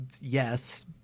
yes